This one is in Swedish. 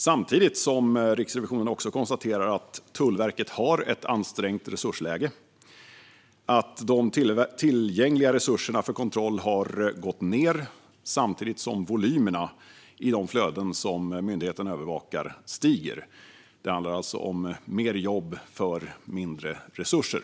Samtidigt konstaterar Riksrevisionen att Tullverket har ett ansträngt resursläge och att de tillgängliga resurserna för kontroll har gått ned samtidigt som volymerna i de flöden som myndigheten övervakar stiger. Det handlar alltså om mer jobb med mindre resurser.